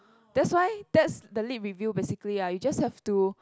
that's why that's the lit review basically uh you just have to